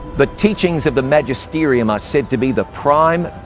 the teachings of the magisterium are said to be the prime,